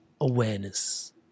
Awareness